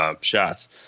shots